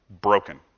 broken